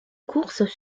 courses